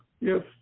Yes